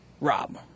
Rob